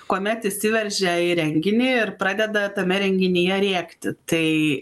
kuomet išsiveržia į renginį ir pradeda tame renginyje rėkti tai